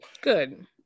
good